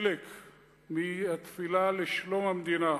חלק מהתפילה לשלום המדינה: